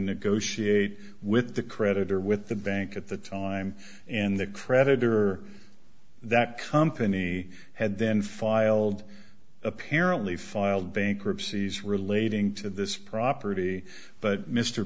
negotiate with the creditor with the bank at the time and the creditor that company had then filed apparently filed bankruptcy as relating to this property but mr